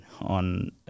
on